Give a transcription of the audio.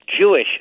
Jewish